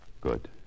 Good